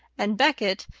and becket,